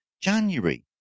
January